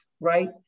right